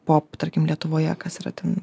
pop tarkim lietuvoje kas yra ten